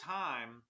time